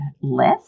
list